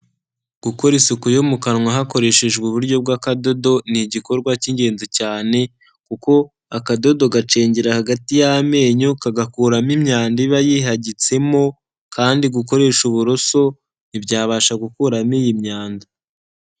Gukora isuku yo mu kanwa hakoreshejwe uburyo bw'akadodo ni igikorwa cy'ingenzi cyane, kuko akadodo gacengera hagati y'amenyo kagakuramo imyanda iba yihagitsemo, kandi gukoresha uburoso ntibyabasha gukuramo iyi myanda.